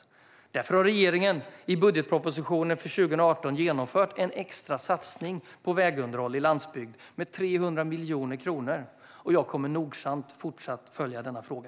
Regeringen har därför i budgetpropositionen för 2018 genomfört en extra satsning på vägunderhåll i landsbygd med 300 miljoner kronor. Jag kommer nogsamt att fortsätta följa denna fråga.